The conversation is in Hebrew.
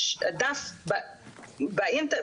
יש דף בגוגל,